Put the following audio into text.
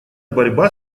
борьба